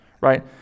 right